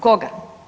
Koga?